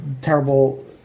terrible